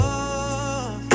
Love